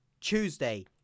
Tuesday